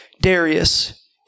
Darius